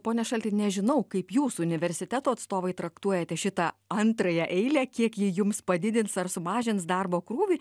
pone šalti nežinau kaip jūsų universiteto atstovai traktuojate šitą antrąją eilę kiek ji jums padidins ar sumažins darbo krūvį